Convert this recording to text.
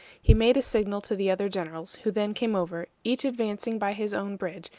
he made a signal to the other generals, who then came over, each advancing by his own bridge,